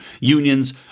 unions